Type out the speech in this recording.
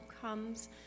comes